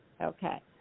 Okay